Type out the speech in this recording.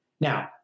Now